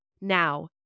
Now